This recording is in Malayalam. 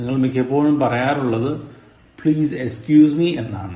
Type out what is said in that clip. നിങ്ങൾ മിക്കപ്പോഴും പറയാറുള്ളത് Please excuse me എന്നാണ്